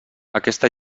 aquesta